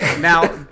Now